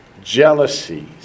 Jealousies